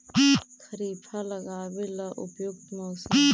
खरिफ लगाबे ला उपयुकत मौसम?